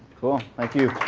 cool. thank you.